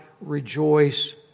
rejoice